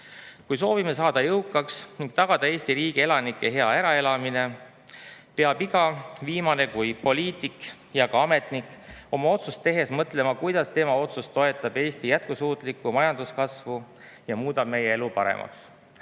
Kui soovime saada jõukaks ning tagada Eesti riigi elanike hea äraelamine, peab iga viimane kui poliitik ja ka ametnik oma otsust tehes mõtlema, kuidas tema otsus toetab Eesti jätkusuutlikku majanduskasvu ja muudab meie elu paremaks.